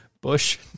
Bush